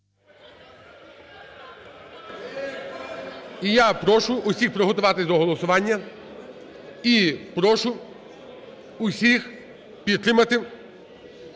я прошу усіх приготуватися до голосування і прошу усіх підтримати